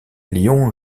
lyon